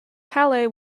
halle